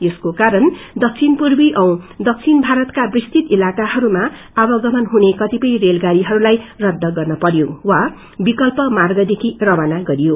यसको कारण दक्षिपूर्वी औ दक्षिण भारतका विस्तृत इलाकाहरूमा आवगमन हुने कतिपय रेलगाड़ीहरूलाई रद्ध गर्न पर्यो वा विकल्प माग्देखि रवाना गरयो